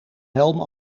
helm